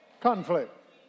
conflict